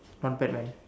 haunted land